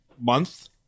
month